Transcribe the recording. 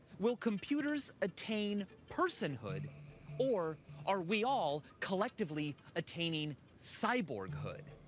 will computers attain personhood or are we all collectively attaining cyborghood?